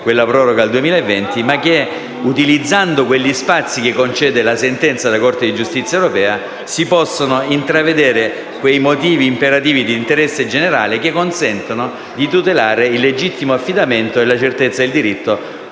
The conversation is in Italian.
quella proroga al 2020, ma che, utilizzando gli spazi concessi dalla sentenza della Corte di giustizia europea, si possono intravedere quei motivi imperativi di interesse generale che consentono di tutelare il legittimo affidamento e la certezza del diritto